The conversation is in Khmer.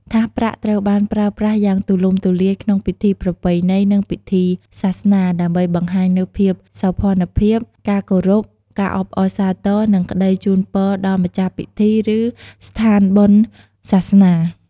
ថាសប្រាក់ត្រូវបានប្រើប្រាស់យ៉ាងទូលំទូលាយក្នុង ពិធីប្រពៃណី និង ពិធីសាសនា ដើម្បីបង្ហាញនូវភាពសោភ័ណភាព ការគោរព ការអបអរសាទរ និងក្តីជូនពរដល់ម្ចាស់ពិធី ឬស្ថានបុណ្យសាសនា។